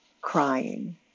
crying